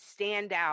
standout